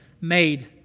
made